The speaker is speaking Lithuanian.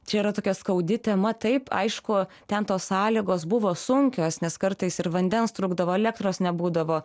čia yra tokia skaudi tema taip aišku ten tos sąlygos buvo sunkios nes kartais ir vandens trūkdavo elektros nebūdavo